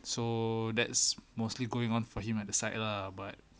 so that's mostly going on for him at the site lah but